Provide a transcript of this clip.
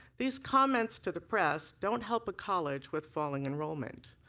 these comments to the press don't help a college with falling enrollment.